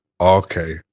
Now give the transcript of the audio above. Okay